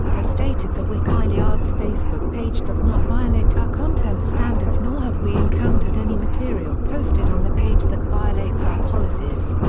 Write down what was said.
has stated the wikileaks facebook page does not violate our content standards nor have we encountered any material posted on the page that violates our policies.